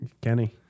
Kenny